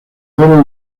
oro